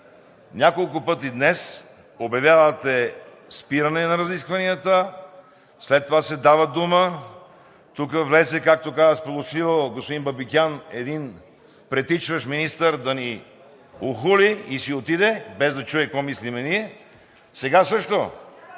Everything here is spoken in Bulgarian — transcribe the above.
Няколко пъти днес обявявате спиране на разискванията, след това се дава дума, тук влезе, както каза сполучливо господин Бабикян, един притичващ министър, да ни охули и си отиде, без да чуе какво мислим ние. Сега също